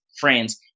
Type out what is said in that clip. friends